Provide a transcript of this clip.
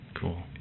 cool